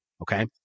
Okay